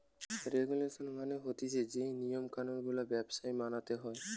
regulation মানে হতিছে যেই নিয়ম কানুন গুলা ব্যবসায় মানতে হয়